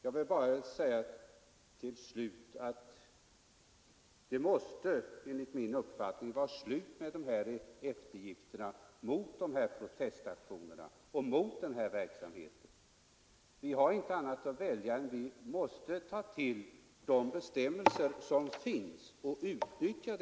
Jag vill till sist bara säga att det enligt min uppfattning måste bli ett slut på eftergifterna mot dessa protestaktioner och mot denna verksamhet. Vi har då inte någonting annat att välja på, utan vi måste utnyttja de bestämmelser som finns.